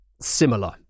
similar